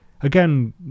Again